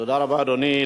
תודה רבה, אדוני.